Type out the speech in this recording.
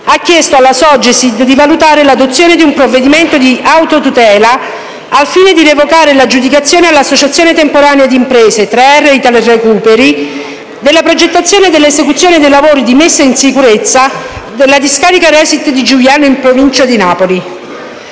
ha chiesto alla Sogesid di valutare l'adozione di un provvedimento in autotutela al fine di revocare l'aggiudicazione all'associazione temporanea di imprese TreErre/Italrecuperi della progettazione e dell'esecuzione dei lavori dei messa in sicurezza della discarica Resit di Giugliano in provincia di Napoli.